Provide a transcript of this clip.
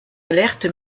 alerte